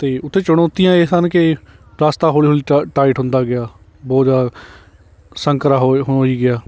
ਅਤੇ ਉੱਥੇ ਚੁਣੌਤੀਆਂ ਇਹ ਸਨ ਕਿ ਰਸਤਾ ਹੌਲੀ ਹੌਲੀ ਟ ਟਾਈਟ ਹੁੰਦਾ ਗਿਆ ਬਹੁਤ ਜ਼ਿਆਦਾ ਸੰਕਰਾ ਹੋ ਹੋਈ ਗਿਆ